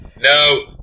No